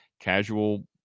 casual